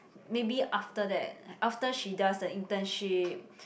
maybe after that after she does the internship